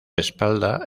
espalda